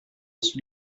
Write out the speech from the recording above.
sui